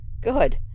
good